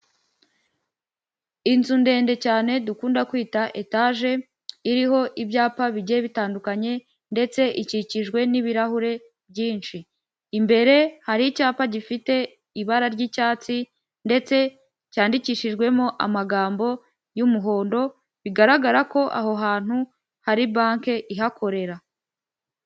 Inzu ndende cyane dukunda kwita etage, iriho ibyapa bigiye bitandukanye ndetse ikikijwe n'ibirahure byinshi. Imbere hari icyapa gifite ibara ry'icyatsi ndetse cyandikishijwemo amagambo y'umuhondo, bigaragara ko aho hantu hari banki ihakorera.